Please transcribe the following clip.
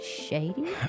shady